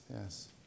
yes